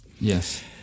Yes